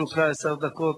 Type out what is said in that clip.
לרשותך עשר דקות,